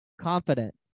confident